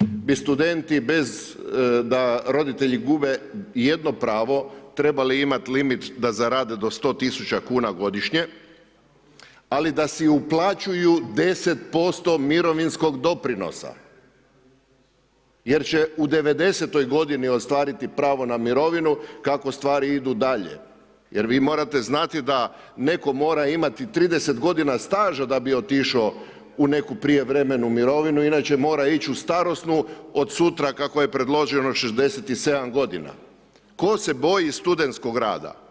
bi studenti bez da roditelji gube jedno pravo, trebali imali limit da zarade do 100 000 kuna godišnje, ali da si uplaćuju 10% mirovinskog doprinosa jer će u 90-toj godini ostvariti pravo na mirovinu kako stvari idu dalje jer vi morate znati da netko mora imati 30 g. staža da bi otišao u neku prijevremenu mirovinu inače mora ići u starosnu, od sutra kako je predloženo od 67 g. Tko se boji studentskog rada?